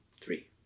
Three